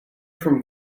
from